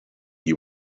you